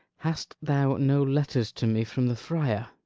hast thou no letters to me from the friar?